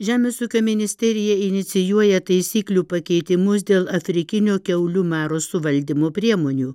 žemės ūkio ministerija inicijuoja taisyklių pakeitimus dėl afrikinio kiaulių maro suvaldymo priemonių